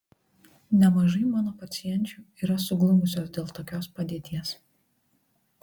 nemažai mano pacienčių yra suglumusios dėl tokios padėties